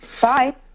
Bye